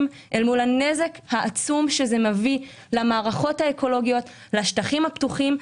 אל מול הנזק העצום שזה מביא למערכות האקולוגיות ולשטחים הפתוחים.